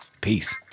Peace